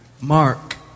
Mark